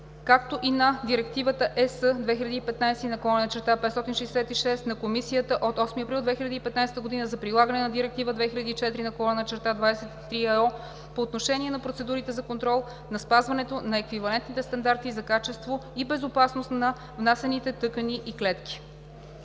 както и на Директива 2015/566 на Комисията от 8 април 2015 г. за прилагане на Директива 2004/23/ЕО по отношение на процедурите за контрол на спазването на еквивалентните стандарти за качество и безопасност на внасяните тъкани и клетки